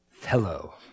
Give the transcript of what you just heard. Hello